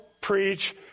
preach